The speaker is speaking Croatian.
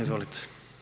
Izvolite.